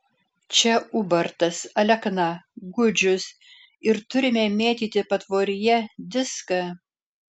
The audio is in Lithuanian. čia ubartas alekna gudžius ir turime mėtyti patvoryje diską